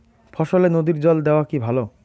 ফসলে নদীর জল দেওয়া কি ভাল?